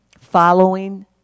following